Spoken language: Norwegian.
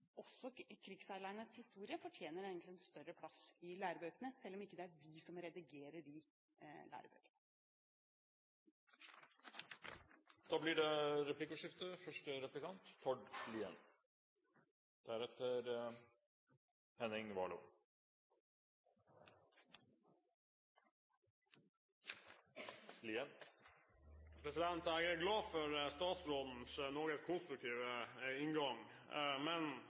historie fortjener egentlig en større plass i lærebøkene, selv om det ikke er vi som redigerer de lærebøkene. Det blir replikkordskifte. Jeg er glad for statsrådens noe konstruktive inngang, men